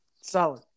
Solid